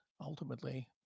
Ultimately